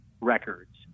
records